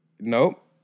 Nope